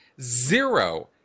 zero